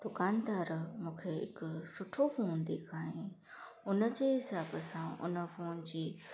दुकानदार मूंखे हिकु सुठो फ़ोन ॾेखारियई हुनजे हिसाब सां हुन फ़ोन जी